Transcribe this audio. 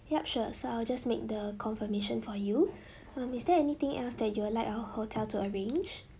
yup sure so I will just make the confirmation for you uh is there anything else that you'll like our hotel to arrange